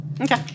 okay